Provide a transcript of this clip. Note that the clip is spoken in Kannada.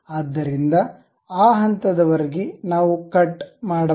ಆದ್ದರಿಂದ ಆ ಹಂತದವರೆಗೆ ನಾವು ಕಟ್ ಮಾಡಬಹುದು